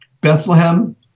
Bethlehem